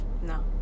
No